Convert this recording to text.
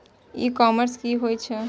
ई commerce की होए छै?